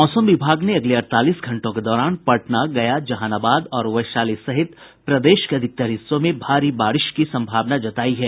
मौसम विभाग ने अगले अड़तालीस घंटों के दौरान पटना गया जहानाबाद और वैशाली सहित प्रदेश के अधिकतर हिस्सों में भारी बारिश की सम्भावना जतायी है